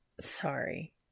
Sorry